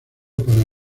para